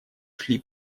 шли